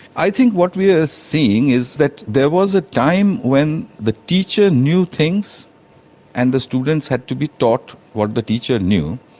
i think what we are seeing is that there was a time when the teacher knew things and the students had to be taught what the teacher knew,